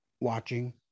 watching